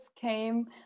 came